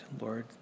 Lord